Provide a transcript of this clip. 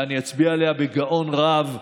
ואני אצביע עליה בגאון רב,